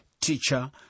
teacher